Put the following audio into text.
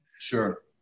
Sure